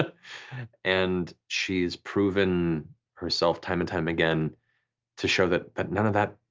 but and she has proven herself time and time again to show that that none of that